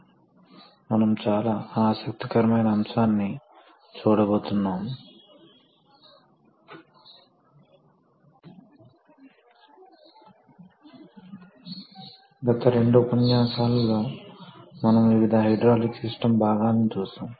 ఈ రోజు మనం హైడ్రాలిక్ కంట్రోల్ సిస్టమ్స్ గురించి మొదటిసారి చూడబోతున్నాం మరియు కొన్ని ప్రాథమిక అంశాలను సమీక్షిస్తాము మరియు తరువాత హైడ్రాలిక్ కంట్రోల్ సిస్టమ్స్ తయారుచేసే భాగాలను పరిశీలిస్తాము